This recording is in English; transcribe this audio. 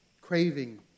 craving